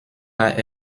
pas